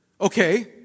Okay